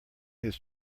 his